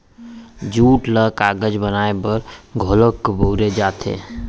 jute ल कागज बनाए बर घलौक बउरे जाथे